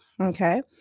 okay